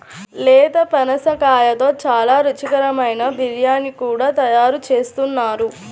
లేత పనసకాయతో చాలా రుచికరమైన బిర్యానీ కూడా తయారు చేస్తున్నారు